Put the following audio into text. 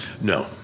No